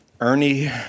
Ernie